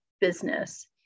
business